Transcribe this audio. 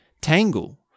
tangle